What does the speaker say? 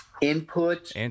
input